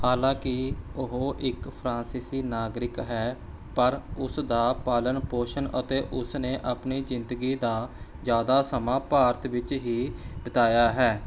ਹਾਲਾਂਕਿ ਉਹ ਇੱਕ ਫਰਾਂਸੀਸੀ ਨਾਗਰਿਕ ਹੈ ਪਰ ਉਸ ਦਾ ਪਾਲਣ ਪੋਸ਼ਣ ਅਤੇ ਉਸ ਨੇ ਆਪਣੀ ਜ਼ਿੰਦਗੀ ਦਾ ਜ਼ਿਆਦਾ ਸਮਾਂ ਭਾਰਤ ਵਿੱਚ ਹੀ ਬਿਤਾਇਆ ਹੈ